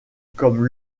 comme